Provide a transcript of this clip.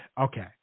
Okay